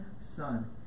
son